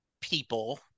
people